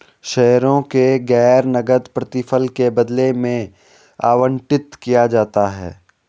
शेयरों को गैर नकद प्रतिफल के बदले में आवंटित किया जाता है